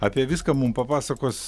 apie viską mum papasakos